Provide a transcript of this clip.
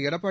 Edappadi